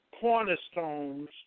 cornerstones